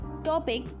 topic